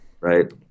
Right